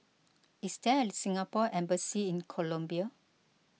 is there a Singapore Embassy in Colombia